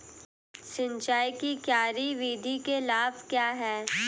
सिंचाई की क्यारी विधि के लाभ क्या हैं?